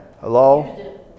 Hello